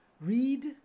read